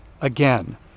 again